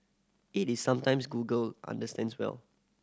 it is sometimes Google understands well